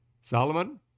Solomon